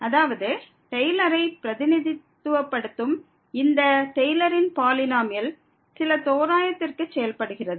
அதாவது டெய்லரை பிரதிநிதித்துவப்படுத்தும் இந்த டெய்லரின் பாலினோமியல் சில தோராயத்திற்கு செயல்படுகிறது